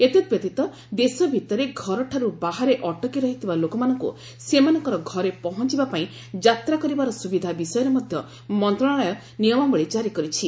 ଏତଦବ୍ୟତୀତ ଦେଶ ଭିତରେ ଘରଠାରୁ ବାହାରେ ଅଟକି ରହିଥିବା ଲୋକମାନଙ୍କୁ ସେମାନଙ୍କର ଘରେ ପହଞ୍ଚିବା ପାଇଁ ଯାତ୍ରା କରିବାର ସୁବିଧା ବିଷୟରେ ମଧ୍ୟ ମନ୍ତ୍ରଣାଳୟ ନିୟମାବଳୀ ଜାରି କରିଛି